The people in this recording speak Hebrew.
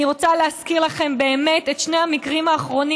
אני רוצה להזכיר לכם את שני המקרים הקשים האחרונים,